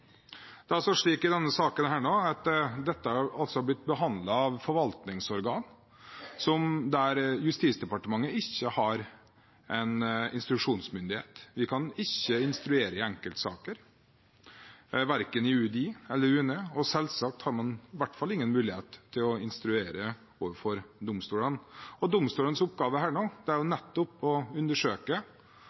saken er altså blitt behandlet av forvaltningsorganer der Justisdepartementet ikke har instruksjonsmyndighet. Vi kan ikke instruere i enkeltsaker overfor verken UDI eller UNE, og man har selvsagt i hvert fall ingen mulighet til å instruere overfor domstolene. Domstolenes oppgave her er nettopp å undersøke